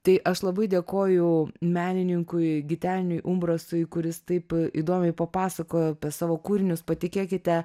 tai aš labai dėkoju menininkui giteniui umbrasui kuris taip įdomiai papasakojo apie savo kūrinius patikėkite